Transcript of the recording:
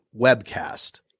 webcast